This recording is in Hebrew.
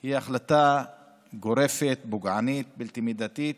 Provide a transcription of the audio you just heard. היא החלטה גורפת, פוגענית, בלתי מידתית,